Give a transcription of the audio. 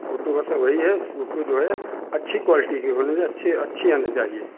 photo का sir वही है फोटो जो है अच्छी क्वालिटी की होनी अच्छी अच्छी आनी चाहिए